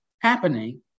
happening